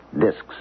Discs